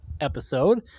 episode